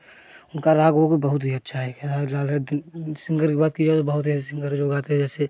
उनका राग उग बहुत ही अच्छा है खेसारी लाल है सिंगर की बात की जाए तो बहुत ऐसे सिंगर हैं जो गाते हैं जैसे